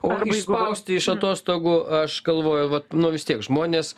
o išspausti iš atostogų aš galvoju vat nu vis tiek žmonės